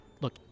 Look